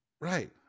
Right